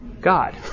God